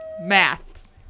Math